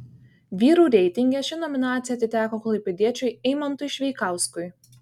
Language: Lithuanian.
vyrų reitinge ši nominacija atiteko klaipėdiečiui eimantui šveikauskui